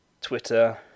Twitter